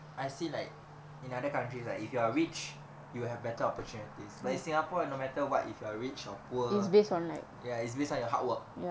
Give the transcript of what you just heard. I see like in other countries lah if you are rich you will have better opportunities like in singapore ah no matter what if you are rich or poor ya it's based on your hard work